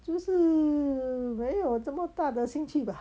就是没有这么大的兴趣吧